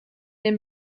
den